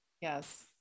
yes